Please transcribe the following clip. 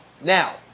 now